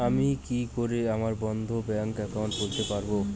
আমি কি করে আমার বন্ধ ব্যাংক একাউন্ট খুলতে পারবো?